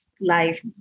life